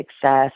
success